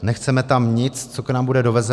Nechceme tam nic, co k nám bude dovezeno.